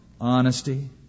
Honesty